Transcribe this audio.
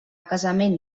casament